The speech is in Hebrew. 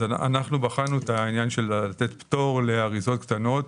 אנחנו בחנו את העניין של לתת פטור לאריזות קטנות,